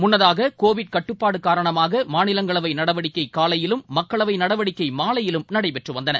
முன்னதாக கோவிட் கட்டுப்பாடு காரணமாக மாநிலங்களவை நடவடிக்கை காலையிலும் மக்களவை நடவடிக்கை மாலையிலும் நடைபெற்று வந்தன